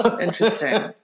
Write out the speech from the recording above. interesting